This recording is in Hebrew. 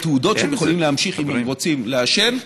תעודות שהם יכולים להמשיך אם רוצים לעשן.